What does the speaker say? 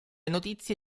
notizie